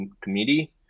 committee